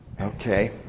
Okay